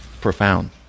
Profound